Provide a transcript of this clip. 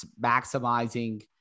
maximizing